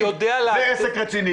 זה עסק רציני.